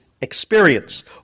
experience